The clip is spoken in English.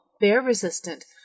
bear-resistant